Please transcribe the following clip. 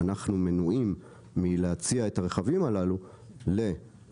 אנחנו מנועים מלהציע את הרכבים הללו לשרים,